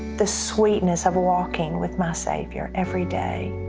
the sweetness of walking with my savior every day,